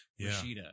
Rashida